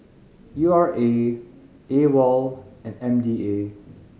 U R A AWOL and M D A